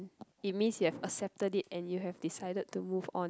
it means you have accepted it and you have decided to move on